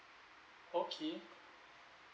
okay